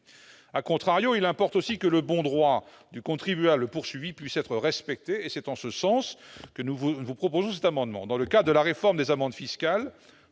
assumées., il importe aussi que le bon droit du contribuable poursuivi puisse être respecté. C'est en ce sens que nous vous proposons cet amendement. Dans le cadre de la réforme des amendes fiscales